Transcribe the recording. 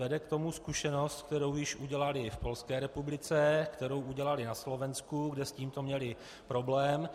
Vede k tomu zkušenost, kterou již udělali v Polské republice, kterou udělali na Slovensku, kde s tímto měli problém.